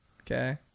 Okay